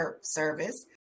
service